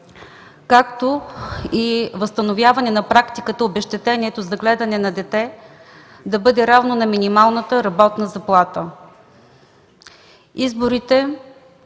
както и възстановяване на практиката обезщетението за гледане на дете да бъде равно на минималната работна заплата.